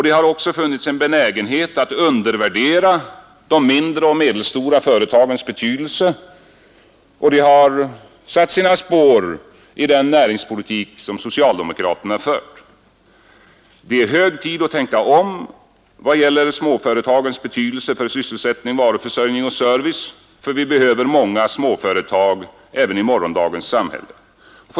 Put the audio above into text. Det har också funnits en benägenhet att undervärdera de mindre och medelstora företagens betydelse, och detta har satt sina spår i den näringspolitik som socialdemokraterna fört. Det är hög tid att tänka om i vad gäller småföretagens betydelse för sysselsättning, varuförsörjning och service, för vi behöver många småföretag även i morgondagens samhälle.